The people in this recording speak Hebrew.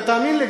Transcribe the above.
ותאמין לי,